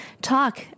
talk